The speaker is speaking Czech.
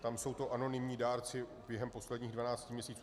Tam jsou to anonymní dárci během posledních dvanácti měsíců.